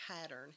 pattern